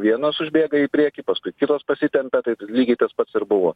vienos užbėga į priekį paskui kitos pasitempia tai lygiai tas pats ir buvo